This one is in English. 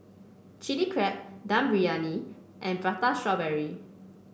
Chili Crab Dum Briyani and Prata Strawberry